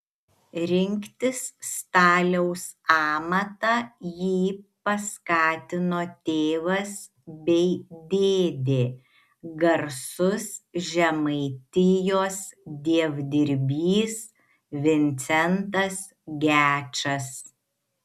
rinktis staliaus amatą jį paskatino tėvas bei dėdė garsus žemaitijos dievdirbys vincentas gečas